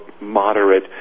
moderate